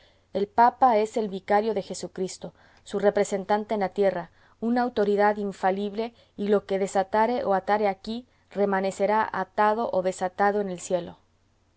el papa es el vicario de jesucristo su representante en la tierra una autoridad infalible y lo que desatare o atare aquí remanecerá atado o desatado en el cielo